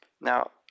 Now